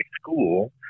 school